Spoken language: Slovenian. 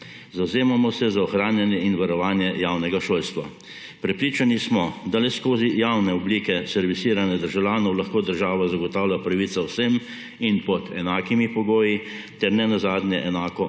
Zavzemamo se za ohranjanje in varovanje javnega šolstva. Prepričani smo, da le skozi javne oblike servisiranja državljanov lahko država zagotavlja pravico vsem in pod enakimi pogoji ter nenazadnje enako